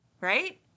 Right